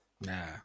nah